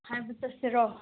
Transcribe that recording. ꯍꯥꯏꯕ ꯆꯠꯁꯤꯔꯣ